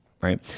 Right